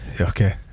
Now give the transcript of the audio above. Okay